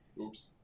Oops